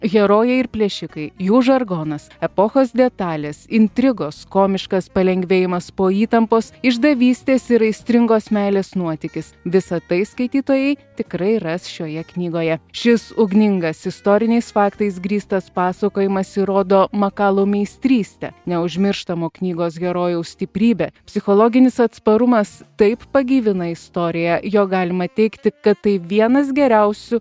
herojai ir plėšikai jų žargonas epochos detalės intrigos komiškas palengvėjimas po įtampos išdavystės ir aistringos meilės nuotykis visa tai skaitytojai tikrai ras šioje knygoje šis ugningas istoriniais faktais grįstas pasakojimas įrodo makalau meistrystę neužmirštamo knygos herojaus stiprybė psichologinis atsparumas taip pagyvina istoriją jog galima teigti kad tai vienas geriausių